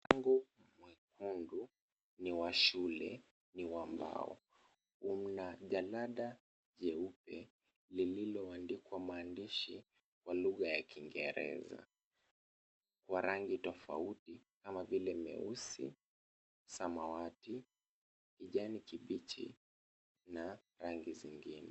Mlango mwekundu ni wa shule ni wa mbao, una jalada jeupe lililoandikwa kwa maandishi ya lugha ya kiingereza kwa rangi tofauti kama vile meusi, samawati, kijani kibichi na rangi zingine.